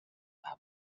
are